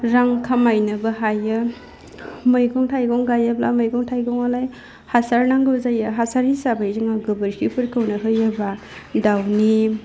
रां खामायनोबो हायो मैगं थाइगं गायोब्ला मैगं थाइगङालाय हासार नांगौ जायो हासार हिसाबै जोङो गोबोरखिफोरखौनो होयोबा दावनि